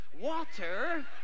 Water